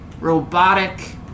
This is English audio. robotic